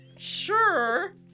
sure